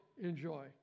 enjoy